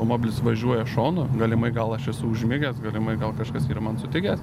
automobilis važiuoja šonu galimai gal aš esu užmigęs galimai gal kažkas yra man sutikęs